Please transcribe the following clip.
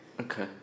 Okay